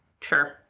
Sure